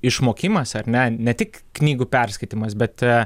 išmokimas ar net ne tik knygų perskaitymas bet